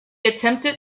attempted